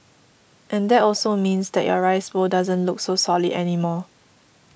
and that also means that your rice bowl doesn't look so solid anymore